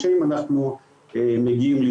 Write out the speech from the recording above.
אנחנו מדברים על זה כל הזמן,